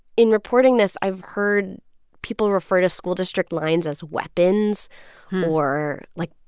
in reporting this, i've heard people refer to school district lines as weapons or, like,